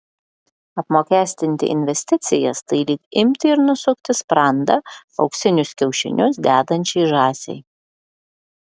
apmokestinti investicijas tai lyg imti ir nusukti sprandą auksinius kiaušinius dedančiai žąsiai